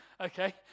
okay